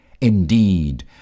Indeed